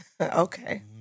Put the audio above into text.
Okay